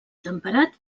temperat